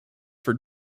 for